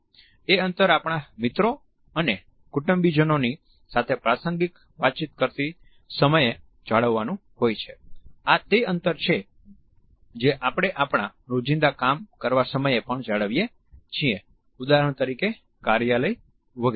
એ અંતર આપણા મિત્રો અને કુટુંબીજનોની સાથે પ્રાસંગિક વાતચીત કરતી સમયે જાળવવાનું હોય છે આ તે અંતર છે જે આપણે આપણા રોજિંદા કામ કરવા સમયે પણ જાળવીએ છીએ ઉદાહરણ તરીકે કાર્યાલય વગેરે